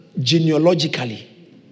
genealogically